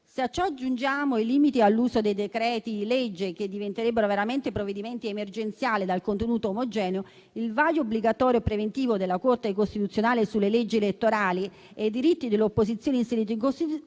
Se a ciò aggiungiamo i limiti all'uso dei decreti-legge, che diventerebbero veramente provvedimenti emergenziali e dal contenuto omogeneo, il vaglio obbligatorio preventivo della Corte costituzionale sulle leggi elettorali e i diritti dell'opposizione inseriti in Costituzione,